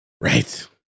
Right